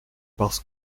parce